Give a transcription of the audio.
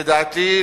לדעתי,